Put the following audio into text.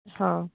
ହଉ